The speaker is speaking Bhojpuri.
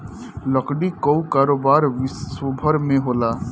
लकड़ी कअ कारोबार विश्वभर में होला